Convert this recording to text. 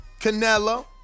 Canelo